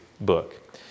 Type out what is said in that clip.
book